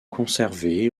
conservées